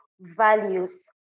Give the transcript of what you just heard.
values